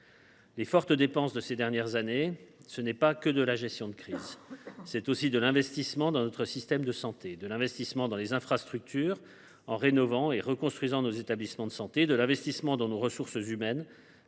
Les fortes dépenses de ces dernières années ne relèvent pas que de la gestion de crise ! C’est aussi de l’investissement dans notre système de santé : de l’investissement dans les infrastructures en rénovant et reconstruisant nos établissements de santé, de l’investissement dans nos ressources humaines,